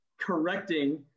correcting